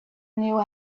knew